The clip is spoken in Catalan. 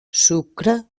sucre